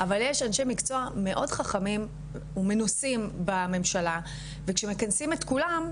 אבל יש אנשי מקצוע מאוד חכמים ומנוסים בממשלה וכשמכנסים את כולם,